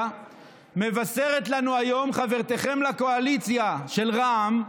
מבשרת לנו היום חברתכם לקואליציה של רע"מ,